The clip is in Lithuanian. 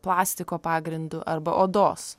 plastiko pagrindu arba odos